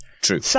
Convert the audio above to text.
True